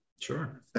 sure